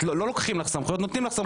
לא לוקחים לך סמכויות, נותנים לך סמכויות.